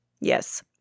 yes